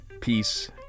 peace